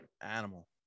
animal